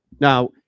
Now